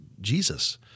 Jesus